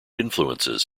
influences